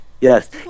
Yes